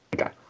Okay